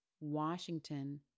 Washington